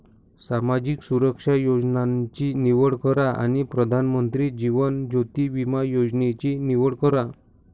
सामाजिक सुरक्षा योजनांची निवड करा आणि प्रधानमंत्री जीवन ज्योति विमा योजनेची निवड करा